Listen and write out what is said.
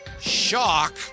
shock